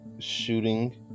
Shooting